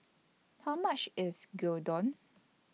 How much IS Gyudon